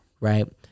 right